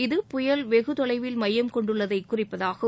இது புயல் வெகுதொலைவில் மையம் கொண்டுள்ளதை குறிப்பதாகும்